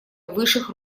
высших